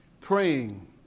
praying